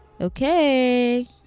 okay